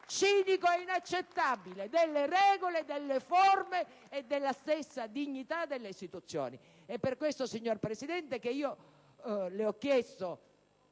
cinico e inaccettabile delle regole, delle forme e della stessa dignità delle istituzioni. È per questo, signor Presidente, che io le ho manifestato